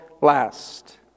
last